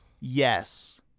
Yes